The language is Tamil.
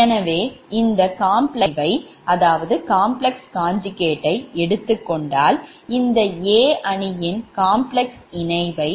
எனவே இந்த complex இணைவை எடுத்துக் கொண்டால் இந்த A அணியின் complex இணைவை